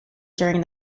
during